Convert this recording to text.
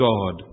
God